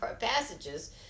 passages